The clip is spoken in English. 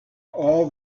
all